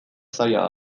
zaila